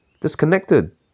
disconnected